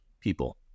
people